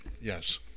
yes